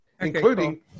including